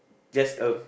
just a